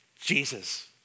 Jesus